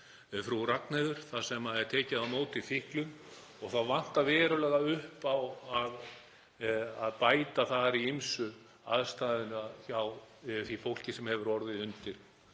frú Ragnheiður starfrækt en þar er tekið á móti fíklum og það vantar verulega upp á að bæta þar í ýmsu aðstöðu hjá því fólki sem hefur orðið undir